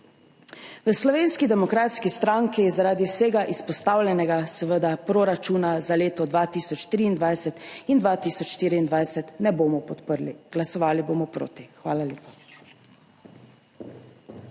V Slovenski demokratski stranki zaradi vsega izpostavljenega seveda proračunov za leti 2023 in 2024 ne bomo podprli. Glasovali bomo proti. Hvala lepa.